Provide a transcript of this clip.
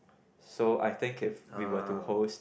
so I think if we were to host